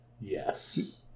Yes